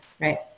right